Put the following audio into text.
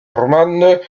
romande